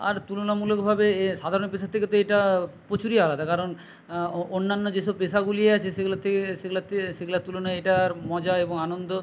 আর তুলনামূলকভাবে এ সাধারণ পেশার থেকে তো এটা প্রচুরই আলাদা কারণ অন্যান্য যে সব পেশাগুলি আছে সেগুলোতে সেগুলাতে সেগুলার তুলনায় এটার মজা এবং আনন্দ